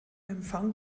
empfang